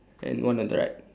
and one on the right